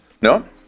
No